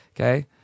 okay